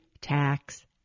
tax